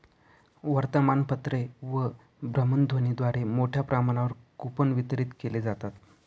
वर्तमानपत्रे व भ्रमणध्वनीद्वारे मोठ्या प्रमाणावर कूपन वितरित केले जातात